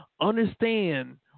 Understand